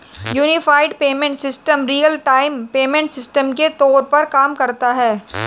unified payment system real time payment system के तौर पर काम करता है